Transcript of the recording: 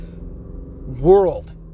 world